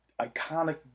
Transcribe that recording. iconic